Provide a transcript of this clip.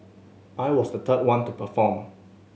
I was the third one to perform